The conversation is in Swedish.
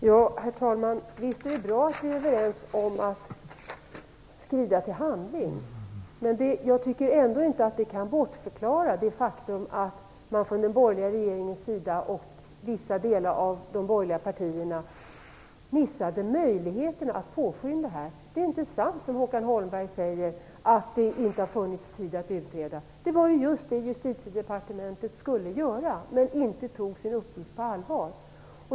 Herr talman! Visst är det bra att vi är överens om att man skall skrida till handling. Men jag tycker ändå inte att detta kan bortförklara det faktum att man i den borgerliga regeringen och från vissa delar av de borgerliga partierna missade möjligheten att påskynda ärendet. Det är inte sant som Håkan Holmberg säger att det inte har funnits tid att utreda frågan, vilket Justitiedepartementet skulle göra, men man tog inte sin uppgift på allvar.